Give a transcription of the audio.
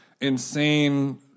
insane